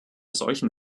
solchen